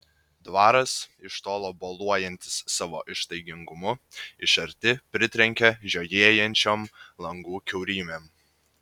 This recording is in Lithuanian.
dvaras iš tolo boluojantis savo ištaigingumu iš arti pritrenkia žiojėjančiom langų kiaurymėm